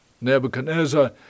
Nebuchadnezzar